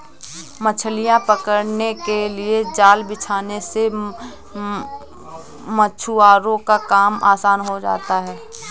मछलियां पकड़ने के लिए जाल बिछाने से मछुआरों का काम आसान हो जाता है